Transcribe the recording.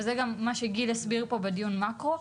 וזה גם מה שגיל הסביר פה בדיון מאקרו,